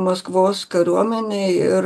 maskvos kariuomenė ir